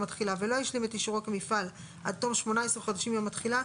התחילה ולא השלים את אישורו כמפעל עד תום 18 חודשים מיום התחילה,